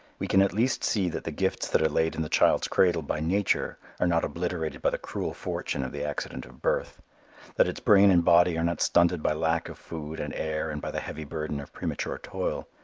we can at least see that the gifts that are laid in the child's cradle by nature are not obliterated by the cruel fortune of the accident of birth that its brain and body are not stunted by lack of food and air and by the heavy burden of premature toil.